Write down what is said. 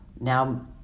now